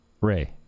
Ray